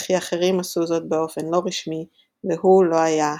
וכי אחרים עשו זאת באופן לא רשמי והוא לא היה האחראי.